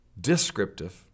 descriptive